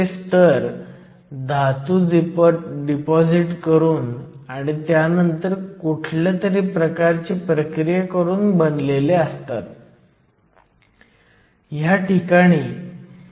तर डिफ्युजन लांबीवर डिफ्युजन गुणांक मोबेलिटी देखील फक्त ni विचारात घेतल्यास